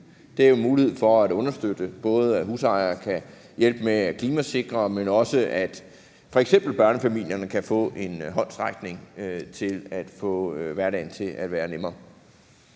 Det er jo en mulighed for at understøtte, både at husejere kan få hjælp til at klimasikre, men også at f.eks. børnefamilier kan få en håndsrækning til at få hverdagen til at være nemmere.